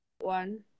one